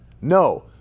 no